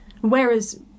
Whereas